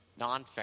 nonfiction